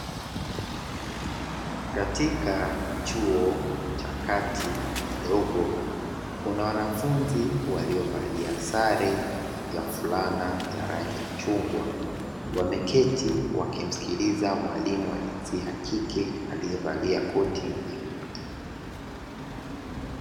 Katika chuo cha kati kidogo, kuna wanafunzi waliovalia sare za fulana za rangi ya chungwa wameketi wakimsikiliza mwalimu wa jinsia ya kike alievalia koti jeupe.